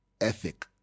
ethic